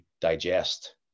digest